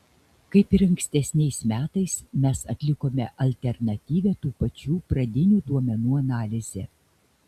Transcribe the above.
kaip ir ankstesniais metais mes atlikome alternatyvią tų pačių pradinių duomenų analizę